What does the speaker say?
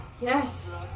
Yes